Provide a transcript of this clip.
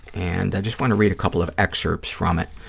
and i just want to read a couple of excerpts from it.